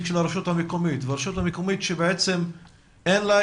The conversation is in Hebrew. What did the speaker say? של הרשות המקומית והרשות המקומית שאין לה,